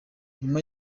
nyuma